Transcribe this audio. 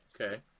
Okay